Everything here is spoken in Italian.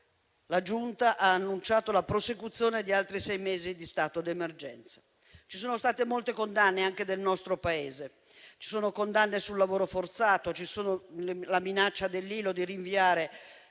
la Giunta ha annunciato la prosecuzione di altri sei mesi di stato d'emergenza. Ci sono state molte condanne, anche del nostro Paese. Ci sono condanne sul lavoro forzato, c'è la minaccia dell'ILO di rinviare